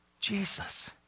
Jesus